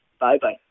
Bye-bye